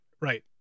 right